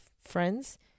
friends